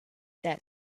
that